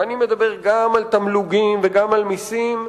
ואני מדבר גם על תמלוגים וגם על מסים,